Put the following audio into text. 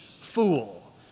Fool